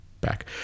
back